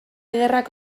ederrak